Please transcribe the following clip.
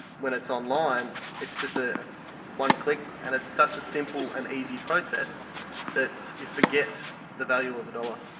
when it's online it's just ah one click, and it's such a simple and easy process that you forget the value of a dollar.